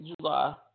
July